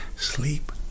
Sleep